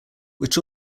which